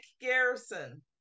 Garrison